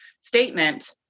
statement